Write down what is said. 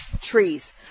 trees